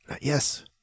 yes